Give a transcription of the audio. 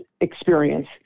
experience